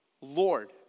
Lord